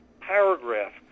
paragraph